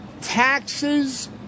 taxes